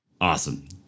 Awesome